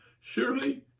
surely